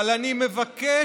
אבל אני מבקש,